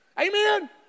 Amen